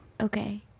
Okay